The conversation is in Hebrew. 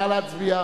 (קוראת בשמות חברי הכנסת)